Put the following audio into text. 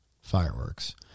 fireworks